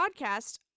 podcast